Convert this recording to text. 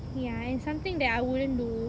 ya and something that I wouldn't do